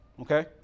okay